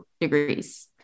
degrees